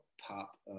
pop